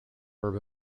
suburb